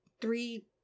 three